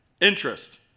Interest